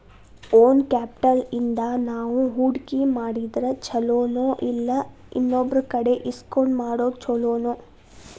Own capital ಇಂದಾ ನಾವು ಹೂಡ್ಕಿ ಮಾಡಿದ್ರ ಛಲೊನೊಇಲ್ಲಾ ಇನ್ನೊಬ್ರಕಡೆ ಇಸ್ಕೊಂಡ್ ಮಾಡೊದ್ ಛೊಲೊನೊ?